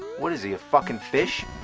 what is he, a fucking fish?